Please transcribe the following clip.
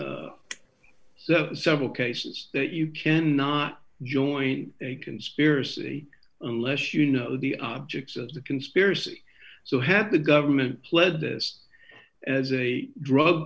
decided so several cases that you cannot join a conspiracy unless you know the objects of the conspiracy so have the government pled this as a drug